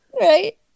Right